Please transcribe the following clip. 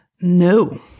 no